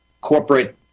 corporate